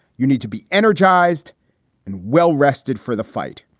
you need to be energized and well rested for the fight.